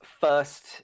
first